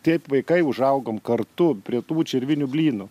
taip vaikai užaugome kartu prie tų čirvinių blynų